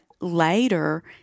Later